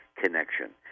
connection